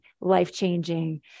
life-changing